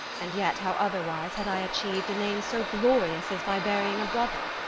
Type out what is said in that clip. and yet how otherwise had i achieved a name so glorious as by burying a brother?